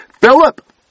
Philip